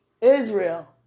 Israel